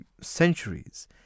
centuries